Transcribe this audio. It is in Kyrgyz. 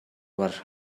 бар